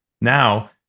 Now